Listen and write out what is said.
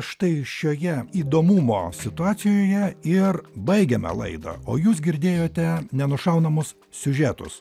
štai šioje įdomumo situacijoje ir baigiame laidą o jūs girdėjote nenušaunamus siužetus